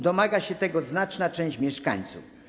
Domaga się tego znaczna część mieszkańców.